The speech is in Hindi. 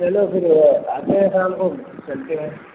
चलो फिर आते हैं शाम को चलते हैं